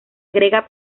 agrega